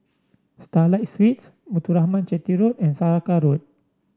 Starlight Suites Muthuraman Chetty Road and Saraca Road